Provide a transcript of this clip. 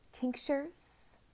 tinctures